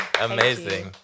amazing